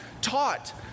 taught